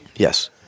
Yes